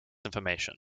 information